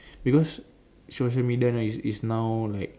because social media now is now like